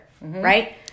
right